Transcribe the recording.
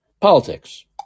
politics